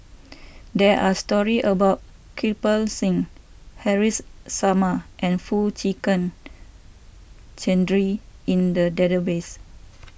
there are stories about Kirpal Singh Haresh Sharma and Foo Chee Keng Cedric in the database